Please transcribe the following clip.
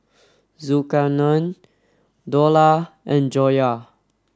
Zulkarnain Dollah and Joyah